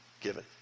given